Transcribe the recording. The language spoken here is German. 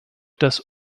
das